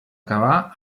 acabar